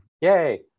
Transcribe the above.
Yay